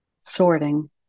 sorting